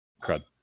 Crud